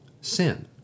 sin